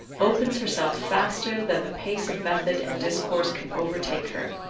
opens herself faster than the pace of method and discourse can overtake her.